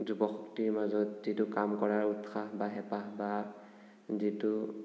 যুৱ শক্তিৰ মাজত যিটো কাম কৰাৰ উৎসাহ বা হেঁপাহ বা যিটো